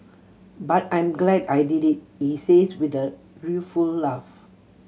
but I'm glad I did it he says with a rueful laugh